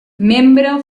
membre